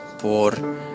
por